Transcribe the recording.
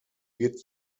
wird